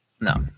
no